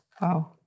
Wow